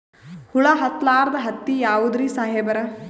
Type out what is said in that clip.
ಹುಳ ಹತ್ತಲಾರ್ದ ಹತ್ತಿ ಯಾವುದ್ರಿ ಸಾಹೇಬರ?